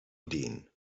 ideen